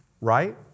right